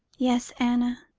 yes, anna?